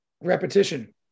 repetition